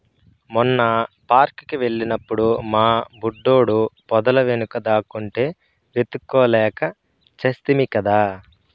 మొన్న పార్క్ కి వెళ్ళినప్పుడు మా బుడ్డోడు పొదల వెనుక దాక్కుంటే వెతుక్కోలేక చస్తిమి కదా